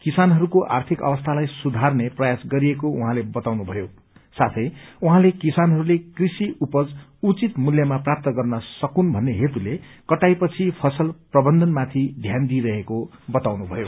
किसानहरूको आर्थिक अवस्थालाई सुधार्ने प्रयास गरिएको उहाँले बताउनु भयो साथै उहाँले किसानहरूले कृषि उपज उचित मूल्यमा प्राप्त गर्न सकोस् भन्ने हेतूले कटाईपछि फसल प्रबन्धनमाथि ध्यान दिइरहेको बताउनुभयो